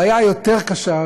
הבעיה היותר-קשה,